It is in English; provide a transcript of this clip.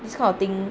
this kind of thing